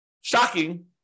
shocking